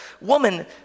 woman